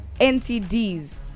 ntds